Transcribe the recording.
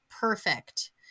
perfect